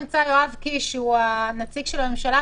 יואב קיש, שהוא הנציג של הממשלה.